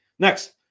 Next